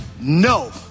no